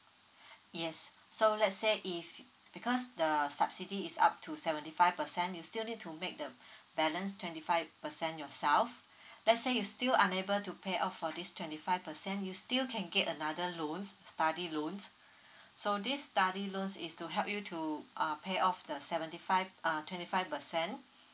yes so let's say if because the subsidy is up to seventy five percent you still need to make the balance twenty five percent yourself let's say you still unable to pay off for this twenty five percent you still can get another loans study loans so this study loans is to help you to uh pay off the seventy five uh twenty five percent